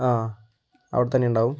ആ അവിടെ തന്നെ ഉണ്ടാകും